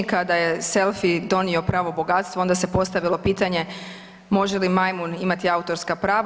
Kada je selfie donio pravo bogatstvo onda se postavilo pitanje može li majmun imati autorska prava.